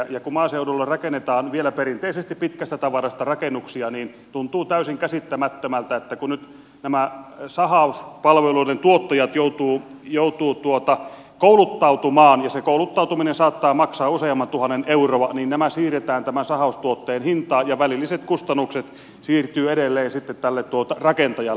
ja kun maaseudulle rakennetaan vielä perinteisesti pitkästä tavarasta rakennuksia niin tuntuu täysin käsittämättömältä että nyt nämä sahauspalveluiden tuottajat joutuvat kouluttautumaan ja koska se kouluttautuminen saattaa maksaa useamman tuhannen euroa niin nämä siirretään tämän sahaustuotteen hintaan ja välilliset kustannukset sitten siirtyvät edelleen tälle rakentajalle